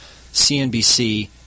CNBC